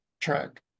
track